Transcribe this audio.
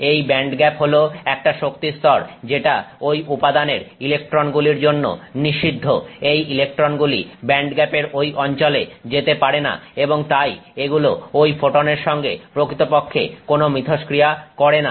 এই ব্যান্ডগ্যাপ হল একটা শক্তিস্তর যেটা ঐ উপাদানের ইলেকট্রনগুলির জন্য নিষিদ্ধ এই ইলেকট্রনগুলি ব্যান্ডগ্যাপের ঐ অঞ্চলে যেতে পারে না এবং তাই এগুলো ঐ ফোটনের সঙ্গে প্রকৃতপক্ষে কোন মিথস্ক্রিয়া করে না